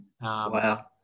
Wow